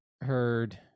Heard